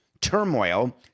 turmoil